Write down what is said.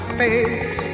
face